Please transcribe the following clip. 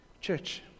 Church